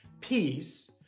peace